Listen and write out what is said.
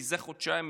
מזה חודשיים,